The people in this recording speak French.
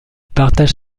partage